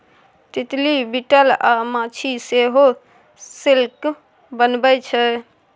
तितली, बिटल अ माछी सेहो सिल्क बनबै छै